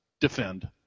Defend